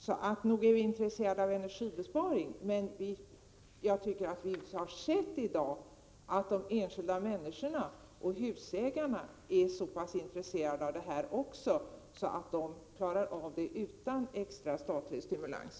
Så nog är vi intresserade av energisparande! Men jag tycker att vi har sett att de enskilda människorna och husägarna i dag är så pass intresserade av att spara att de klarar av det utan extra statlig stimulans.